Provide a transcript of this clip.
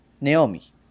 Naomi